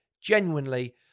genuinely